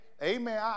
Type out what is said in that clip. Amen